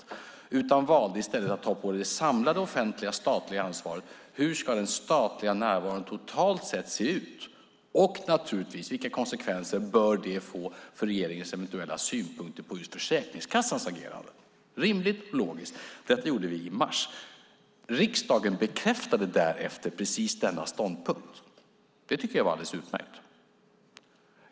Regeringen valde i stället att ta det samlade offentliga statliga ansvaret: Hur ska den statliga närvaron totalt sett se ut, och, naturligtvis, vilka konsekvenser bör det få för regeringens eventuella synpunkter på Försäkringskassans agerande? Det är rimligt och logiskt. Detta gjorde vi i mars. Riksdagen bekräftade därefter precis denna ståndpunkt. Det tycker jag var alldeles utmärkt.